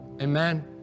amen